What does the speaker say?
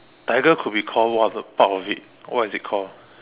tiger could be called one of the part of it what is it called